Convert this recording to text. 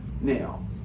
Now